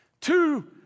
Two